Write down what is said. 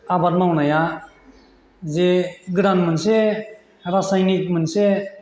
आबाद मावनाया जे गोदान मोनसे रासायनिक मोनसे